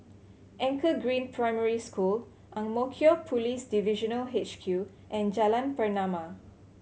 Anchor Green Primary School Ang Mo Kio Police Divisional H Q and Jalan Pernama